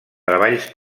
treballs